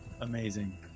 amazing